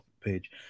page